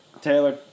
Taylor